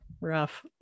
rough